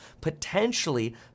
potentially